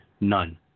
none